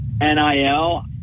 NIL